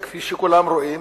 כפי שכולם רואים,